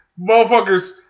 Motherfuckers